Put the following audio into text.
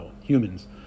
humans